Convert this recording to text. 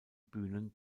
bühnen